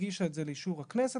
הגישה את זה לאישור הכנסת,